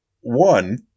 one